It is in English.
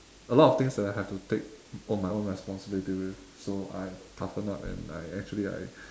a lot of things that I had to take on my own responsibility with so I toughen up and I actually I